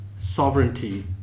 sovereignty